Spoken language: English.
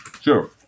Sure